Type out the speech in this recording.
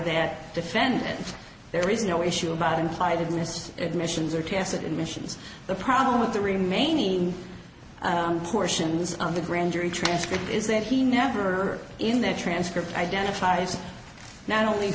that defendant there is no issue about implied missed admissions or tacit emissions the problem with the remaining portions of the grand jury transcript is that he never in that transcript identifies not only